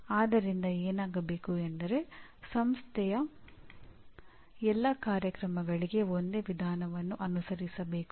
ಆದ್ದರಿಂದ ಏನಾಗಬೇಕು ಎಂದರೆ ಸಂಸ್ಥೆಯ ಎಲ್ಲಾ ಕಾರ್ಯಕ್ರಮಗಳಿಗೆ ಒಂದೇ ವಿಧಾನವನ್ನು ಅನುಸರಿಸಬೇಕು